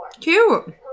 cute